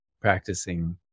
practicing